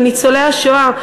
לניצולי השואה,